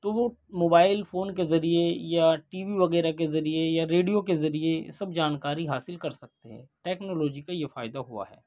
تو وہ mobile phone کے ذریعے یا ٹی وی وغیرہ کے ذریعے یا ریڈیو کے ذریعے سب جانکاری حاصل کر سکتے ہیں ٹیکنا لوجی کا یہ فائدہ ہوا ہے